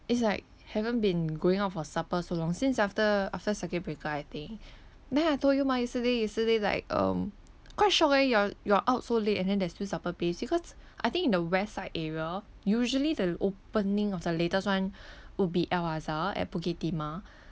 it's like haven't been going out for supper so long since after after circuit breaker I think then I told you mah yesterday yesterday like um quite shocked leh you're you're out so late and then there's still supper place because I think in the west side area usually the opening of the latest one would be al azhar at bukit timah